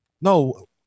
no